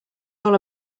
all